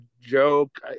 joke